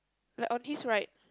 like on his right